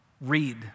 read